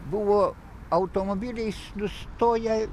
buvo automobiliais nustoję